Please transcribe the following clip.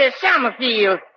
Summerfield